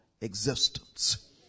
existence